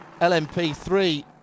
LMP3